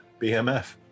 BMF